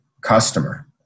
customer